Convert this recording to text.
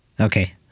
Okay